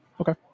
Okay